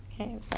Okay